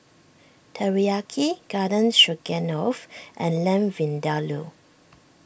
Teriyaki Garden Stroganoff and Lamb Vindaloo